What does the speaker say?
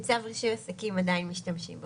בצו רישוי עסקים עדיין משתמשים בו.